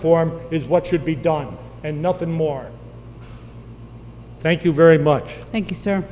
for is what should be done and nothing more thank you very much thank you sir